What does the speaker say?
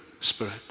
spirit